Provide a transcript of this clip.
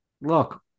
Look